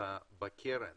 בקרן